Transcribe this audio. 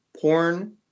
Porn